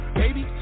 baby